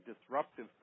disruptive